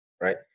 right